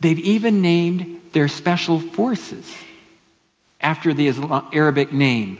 they've even named their special forces after the islamic arabic name